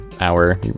hour